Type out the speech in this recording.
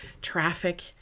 traffic